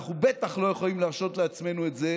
אנחנו בטח לא יכולים להרשות לעצמנו את זה